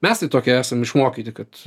mes tai tokie esam išmokyti kad